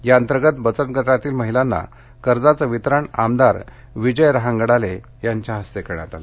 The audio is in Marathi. या अंतर्गत बचत गटातील महिलांना कर्जाचं वितरण आमदार विजय रहांगडाले यांच्या हस्ते करण्यात आलं